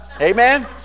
Amen